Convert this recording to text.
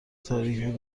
تاریک